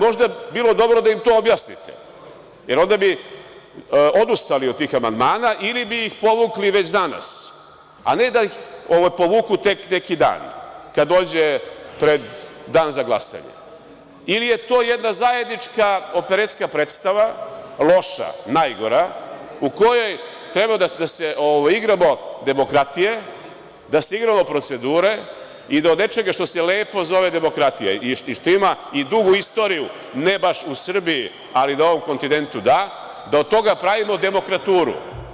Možda bi bilo dobro da im to objasnite, jer onda bi odustali od tih amandmana ili bi ih povukli već danas, a ne da ih povuku tek neki dan kad dođe pred dan za glasanje ili je to jedna zajednička loša operetska predstava, najgora u kojoj treba da se igramo demokratije, da se igramo procedure i da od nečega što se lepo zove demokratija, i što ima i dugu istoriju, ne baš u Srbiji, ali na ovom kontinentu da, da od toga pravimo demokraturu.